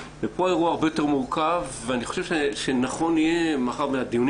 פה האירוע הרבה יותר מורכב ואני חושב שנכון יהיה מאחר והדיונים